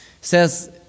says